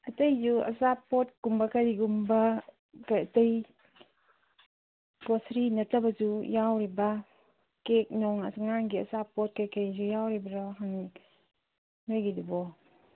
ꯑꯇꯩꯁꯨ ꯑꯆꯥꯄꯣꯠꯒꯨꯝꯕ ꯀꯔꯤꯒꯨꯝꯕ ꯑꯇꯩ ꯒ꯭ꯔꯣꯁꯔꯤ ꯅꯠꯇꯕꯁꯨ ꯌꯥꯎꯔꯤꯕ ꯀꯦꯛ ꯅꯨꯡ ꯑꯉꯥꯡꯒꯤ ꯑꯆꯥꯄꯣꯠ ꯀꯩꯀꯩꯁꯨ ꯌꯥꯎꯔꯤꯕ꯭ꯔꯣ ꯅꯣꯏꯒꯤꯗꯨꯕꯣ